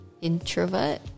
introvert